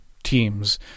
teams